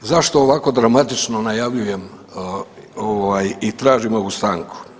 Zašto ovako dramatično najavljujem i tražim ovu stanku?